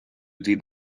did